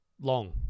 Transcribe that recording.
long